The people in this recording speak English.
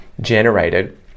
generated